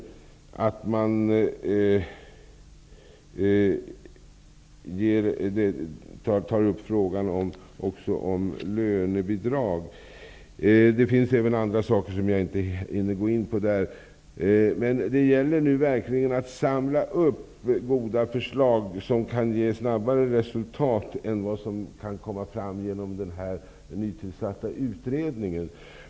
Man tar också upp frågan om lönebidrag och en del annat som jag inte hinner gå in på. Det gäller nu verkligen att samla upp goda förslag som kan ge snabbare resultat än som kan komma fram genom den nytillsatta utredningen.